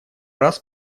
раз